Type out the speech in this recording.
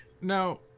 Now